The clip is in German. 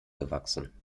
gewachsen